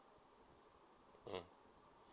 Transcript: mmhmm